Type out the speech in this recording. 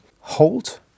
hold